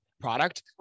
product